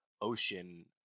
ocean